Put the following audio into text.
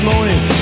Morning